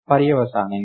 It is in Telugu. పర్యవసానంగా ఇది C1